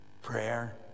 Prayer